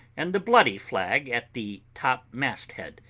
and the bloody flag at the top-mast-head,